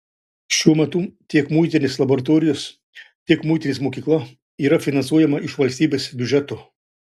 šiuo metu tiek muitinės laboratorijos tiek muitinės mokykla yra finansuojama iš valstybės biudžeto